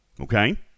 Okay